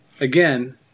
again